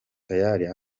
tayali